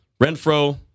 Renfro